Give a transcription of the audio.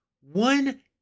One